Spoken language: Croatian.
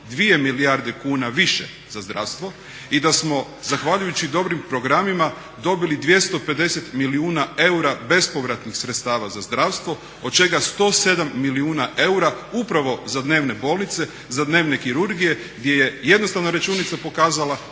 2 milijarde kuna više za zdravstvo i da smo zahvaljujući dobrim programima dobili 250 milijuna eura bespovratnih sredstava za zdravstvo, od čega 107 milijuna eura upravo za dnevne bolnice, za dnevne kirurgije gdje je jednostavna računica pokazala